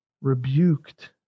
rebuked